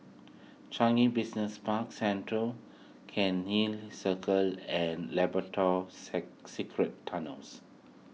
Changi Business Park Central Cairnhill Circle and Labrador Secret Tunnels